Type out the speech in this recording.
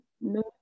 No